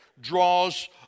draws